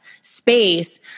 space